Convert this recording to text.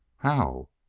how?